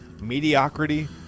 mediocrity